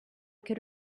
could